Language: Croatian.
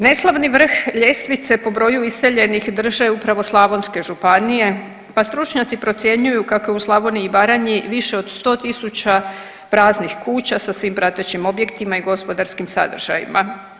Neslavni vrh ljestvice po broju iseljenih drže upravo slavonske županije pa stručnjaci procjenjuju kako je u Slavoniji i Baranji više od 100 tisuća praznih kuća sa svim pratećim objektima i gospodarskim sadržajima.